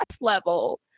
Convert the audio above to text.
level